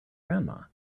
grandma